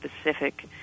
specific